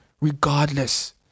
regardless